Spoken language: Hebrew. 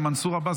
מנסור עבאס,